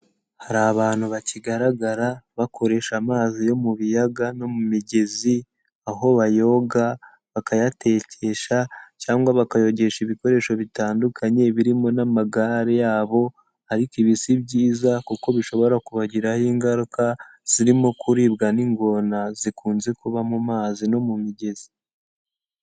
Hari abantu bakigaragara bakoresha amazi yo mu biyaga no mu migezi, aho bayoga, bakayatekesha cyangwa bakayogesha ibikoresho bitandukanye, birimo n'amagare yabo ariko ibi si byiza kuko bishobora kubagiraho ingaruka, zirimo kuribwa n'ingona zikunze kuba mu mazi no mu migezi.